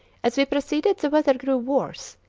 as we proceeded the weather grew worse,